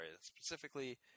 specifically